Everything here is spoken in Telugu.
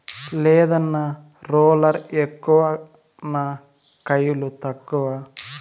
లేదన్నా, రోలర్ ఎక్కువ నా కయిలు తక్కువ